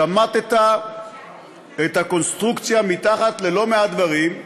שמטת את הקונסטרוקציה מתחת ללא מעט דברים,